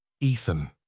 Ethan